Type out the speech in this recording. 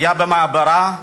היה במעברה,